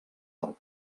del